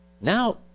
Now